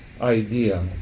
idea